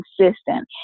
consistent